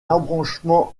embranchement